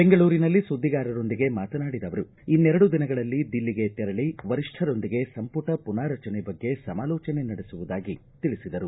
ಬೆಂಗಳೂರಿನಲ್ಲಿ ಸುದ್ದಿಗಾರರೊಂದಿಗೆ ಮಾತನಾಡಿದ ಅವರು ಇನ್ನೆರಡು ದಿನಗಳಲ್ಲಿ ದಿಲ್ಲಿಗೆ ತೆರಳ ವರಿಷ್ಠರೊಂದಿಗೆ ಸಂಪುಟ ಪುನಾರಚನೆ ಬಗ್ಗೆ ಸಮಾಲೋಚನೆ ನಡೆಸುವುದಾಗಿ ತಿಳಿಸಿದರು